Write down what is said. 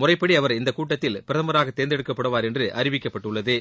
முறைப்படி அவர் இந்தக் கூட்டத்தில் பிரதமராக தேர்ந்தெடுக்கப்படுவார் என்று அறிவிக்கப்பட்டுள்ளது